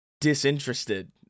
disinterested